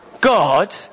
God